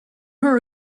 her